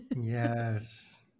Yes